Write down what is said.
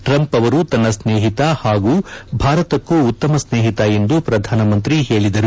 Trump ಅವರು ತನ್ವ ಸ್ತೇಹಿತ ಹಾಗು ಭಾರತಕ್ಕೂ ಉತ್ತಮ ಸ್ನೇಹಿತ ಎಂದು ಪ್ರಧಾನ ಮಂತ್ರಿ ಹೇಳಿದರು